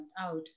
out